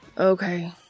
okay